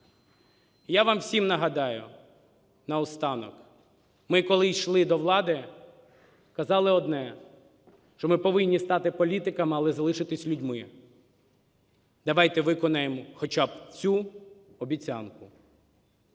Я вам всім нагадаю наостанок. Ми, коли йшли до влади, казали одне, що ми повинні стати політиками, але залишитись людьми. Давайте виконаємо хоча б цю обіцянку.